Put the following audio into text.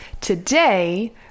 today